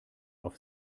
auf